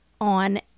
on